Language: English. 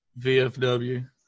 VFW